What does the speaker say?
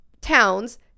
towns